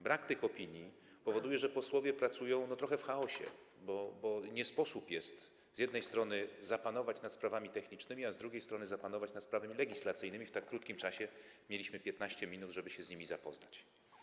Brak tych opinii powoduje, że posłowie pracują trochę w chaosie, bo nie sposób z jednej strony zapanować nad sprawami technicznymi, a z drugiej strony zapanować nad sprawami legislacyjnymi i w tak krótkim czasie - mieliśmy 15 minut - się z tym zapoznać.